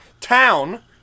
town